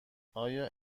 آیا